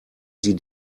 sie